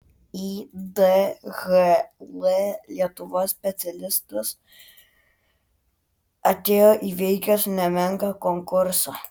į dhl lietuva specialistas atėjo įveikęs nemenką konkursą